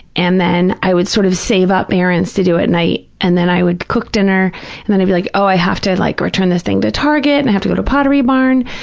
and then i would sort of save up errands to do at night, and then i would cook dinner and then i'd be like, oh, i have to like return this thing to target and i have to go to pottery barn,